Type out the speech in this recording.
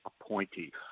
appointee